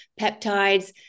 peptides